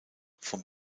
vom